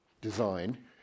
design